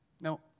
no